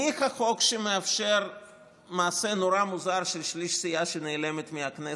ניחא חוק שמאפשר מעשה נורא מוזר של שליש סיעה שנעלמת מהכנסת,